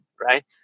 right